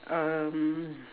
um